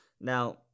Now